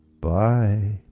Bye